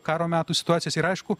karo metų situacijas ir aišku